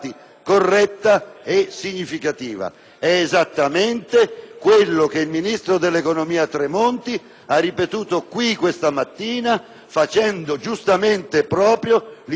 quello che il ministro dell'economia Tremonti ha ripetuto qui questa mattina, facendo giustamente proprio l'impegno emerso in Commissione. Questo, per